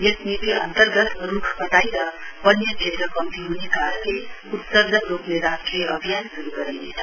यस नीति अन्तर्गत रूख कटाई र वन्य क्षेत्र कम्ती हुने करणले उत्सर्जन रोक्ने राष्ट्रिय अभियान शुरू गरिनेछ